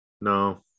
No